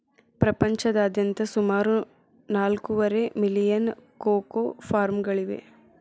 ಪ್ರಪಂಚದಾದ್ಯಂತ ಸುಮಾರು ನಾಲ್ಕೂವರೆ ಮಿಲಿಯನ್ ಕೋಕೋ ಫಾರ್ಮ್ಗಳಿವೆ